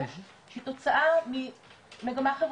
שהיא תוצאה של מגמה חברתית.